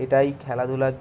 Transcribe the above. এটাই খেলাধুলার